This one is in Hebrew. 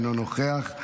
אינו נוכח,